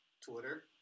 Twitter